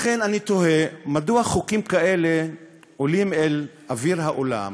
לכן, אני תוהה מדוע חוקים כאלה עולים לאוויר העולם